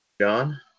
John